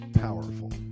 powerful